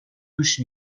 توش